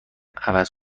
عوض